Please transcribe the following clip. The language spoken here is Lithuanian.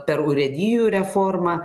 per urėdijų reformą